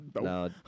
No